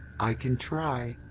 i can try.